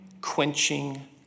quenching